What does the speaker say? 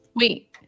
Wait